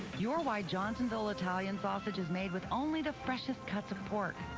you're why johnsonville italian sausage is made with only the freshest cuts of pork,